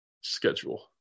schedule